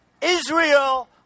Israel